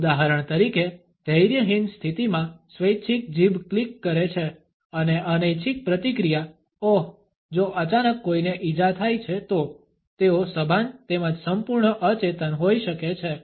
ઉદાહરણ તરીકે ધૈર્યહીન સ્થિતિમાં સ્વૈચ્છિક જીભ ક્લિક કરે છે અને અનૈચ્છિક પ્રતિક્રિયા ઓહ જો અચાનક કોઈને ઈજા થાય છે તો તેઓ સભાન તેમજ સંપૂર્ણ અચેતન હોય શકે છે